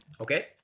Okay